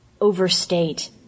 overstate